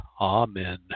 Amen